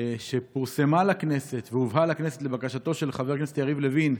שפורסמה בכנסת והובאה לכנסת לבקשתו של חבר הכנסת יריב לוין,